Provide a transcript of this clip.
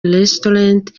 restaurant